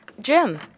Jim